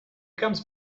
comes